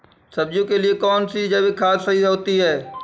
सब्जियों के लिए कौन सी जैविक खाद सही होती है?